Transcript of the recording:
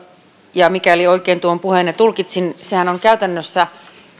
ja mikäli oikein tuon puheenne tulkitsin sehän on käytännössä